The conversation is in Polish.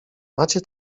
macie